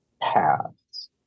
paths